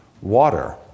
water